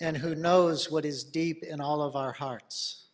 and who knows what is deep in all of our hearts